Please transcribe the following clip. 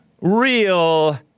Real